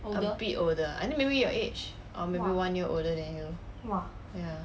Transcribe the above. a bit older I think maybe your age or maybe one year older than you